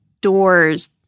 doors